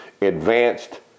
advanced